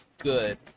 good